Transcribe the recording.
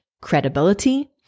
credibility